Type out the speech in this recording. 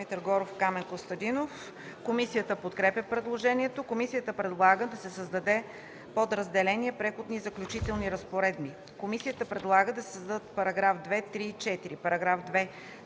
Комисията предлага да се създаде подразделение „Преходни и заключителни разпоредби”. Комисията предлага да се създадат § 2, 3 и 4: „§ 2.